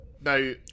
Now